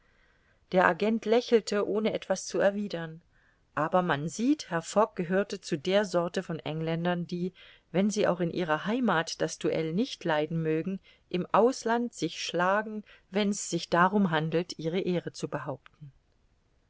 der agent lächelte ohne etwas zu erwidern aber man sieht herr fogg gehörte zu der sorte von engländern die wenn sie auch in ihrer heimat das duell nicht leiden mögen im ausland sich schlagen wenn's sich darum handelt ihre ehre zu behaupten